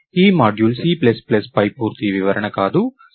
ఈ module C plus ప్లస్పై పూర్తి వివరణ కాదు